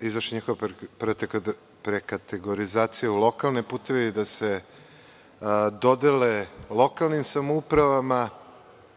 izvrši prekategorizacija u lokalne puteve i da se dodele lokalnim samoupravama.